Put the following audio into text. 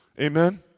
Amen